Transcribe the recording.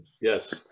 Yes